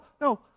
no